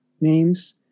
names